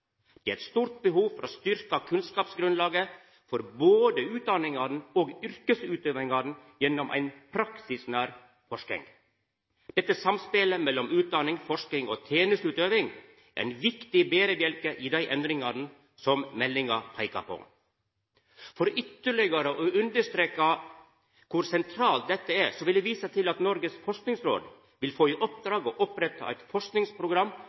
Det er eit stort behov for å styrkja kunnskapsgrunnlaget både for utdanningane og yrkesutøvinga gjennom ei praksisnær forsking. Dette samspelet mellom utdanning, forsking og tenesteutøving er ein viktig berebjelke i dei endringane som meldinga peikar på. For ytterlegare å understreka kor sentralt dette er, vil eg visa til at Noregs Forskingsråd vil få i oppdrag å oppretta eit forskingsprogram